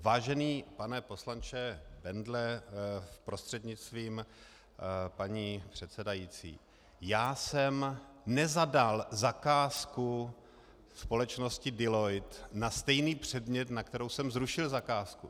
Vážený pane poslanče Bendle prostřednictvím paní předsedající, já jsem nezadal zakázku společnosti Deloitte na stejný předmět, na který jsem zrušil zakázku.